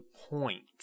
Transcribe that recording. point